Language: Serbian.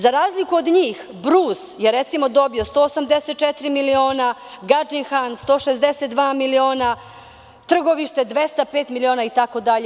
Za razliku od njih, Brus je, recimo, dobio 184 miliona, Gadžin Han 162 miliona, Trgovište 205 miliona itd.